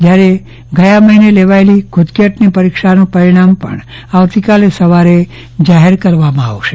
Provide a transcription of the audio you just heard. જ્યારે ગયા મહિને લેવાયેલી ગુજકેટની પરિક્ષાનું પરિણામ પણ આવતીકાલે સવારે જાહેર કરવામાં આવશે